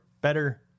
better